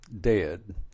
Dead